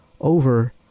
over